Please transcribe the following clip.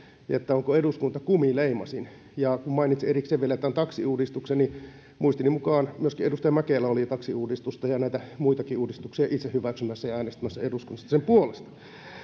onko eduskunta kumileimasin ja kun mainitsi erikseen vielä tämän taksiuudistuksen niin muistini mukaan myöskin edustaja mäkelä oli taksiuudistusta ja näitä muitakin uudistuksia itse hyväksymässä ja äänestämässä eduskunnassa sen puolesta